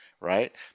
right